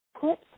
put